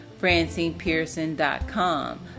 FrancinePearson.com